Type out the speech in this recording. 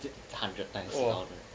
th~ hundred times loud